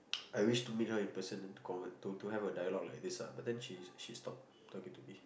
I wish to meet her in person then to convert to have a dialogue like this but then she she stopped talking today